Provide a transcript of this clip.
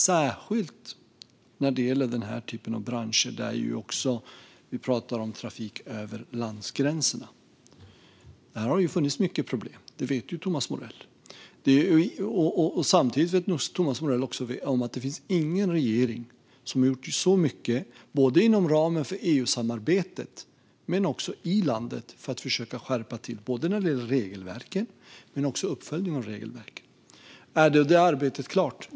Det gäller särskilt den här typen av branscher där vi talar om trafik över landsgränserna. Där har det funnits många problem. Det vet Thomas Morell. Samtidigt vet Thomas Morell att det inte finns någon regering som har gjort så mycket, både inom ramen för EU-samarbetet och i landet, för att försöka skärpa regelverk och uppföljningen av regelverk. Är då det arbetet klart?